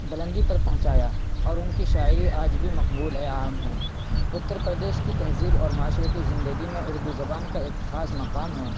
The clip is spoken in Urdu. بلندی پر پہنچایا اور ان کی شاعری آج بھی مقبول ہے عام ہیں اتّر پردیش کی تہذیب اور معاشرتی زندگی میں اردو زبان کا ایک خاص مقام ہے